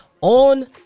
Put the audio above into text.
on